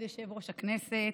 כבוד יושב-ראש הכנסת,